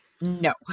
No